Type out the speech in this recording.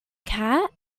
cat